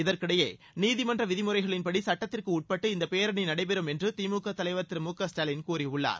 இதற்கிடையே நீதிமன்ற விதிமுறைகளின்படி சுட்டத்திற்கு உட்பட்டு இந்தப் பேரணி நடைபெறும் என்று திமுக தலைவர் திரு மு க ஸ்டாலின் கூறியுள்ளார்